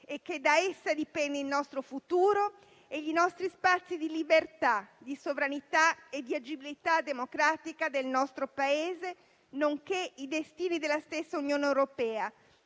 e che da essa dipendono il nostro futuro e gli spazi di libertà, di sovranità e di agibilità democratica del nostro Paese, nonché i destini della stessa Unione europea,